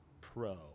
Pro